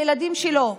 הילדים שלו.